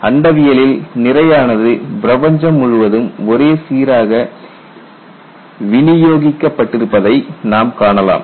அண்டவியலில் நிறையானது பிரபஞ்சம் முழுவதும் ஒரே சீராக விநியோகிக்கப்பட்டிருப்பதை நாம் காணலாம்